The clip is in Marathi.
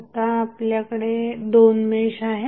आता आपल्याकडे 2 मेश आहेत